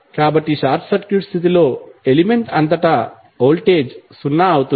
కాబట్టి short circuit స్థితిలో element అంతటా వోల్టేజ్ సున్నా అవుతుంది